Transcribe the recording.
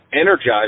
energized